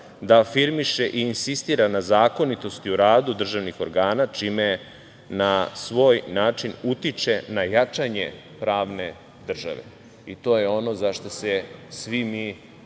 da afirmiše i insistira na zakonitosti u radu državnih organa, čime na svoj način utiče na jačanje pravne države i to je ono za šta se svi mi